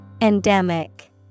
Endemic